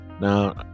Now